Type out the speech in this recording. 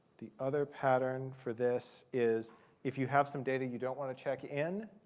the other pattern for this is if you have some data you don't want to check in,